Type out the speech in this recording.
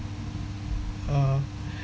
uh